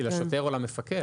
לשוטר או למפקח.